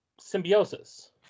symbiosis